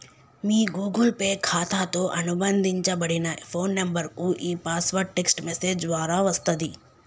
మీ Google Pay ఖాతాతో అనుబంధించబడిన phone నంబర్కు ఈ పాస్వర్డ్ టెక్ట్స్ మెసేజ్ ద్వారా వస్తది